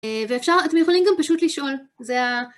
ואפשר..אתם יכולים גם פשוט לשאול, זה ה...